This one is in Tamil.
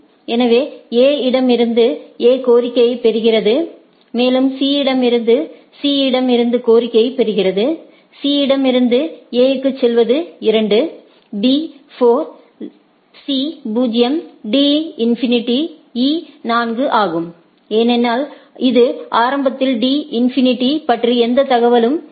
எனவே A இடமிருந்து A கோரிக்கையை பெறுகிறது மேலும் C இடமிருந்து C இடமிருந்து கோரிக்கையை பெறுகிறது C இடமிருந்து A க்குச் செல்வது 2 B 4 C 0 D infinity E 4 ஆகும் ஏனெனில் இது ஆரம்பத்தில் D இன்ஃபினிடி பற்றி எந்த தகவலும் இல்லை